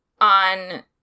on